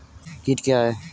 कीट क्या है?